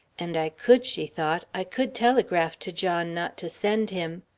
and i could, she thought i could telegraph to john not to send him.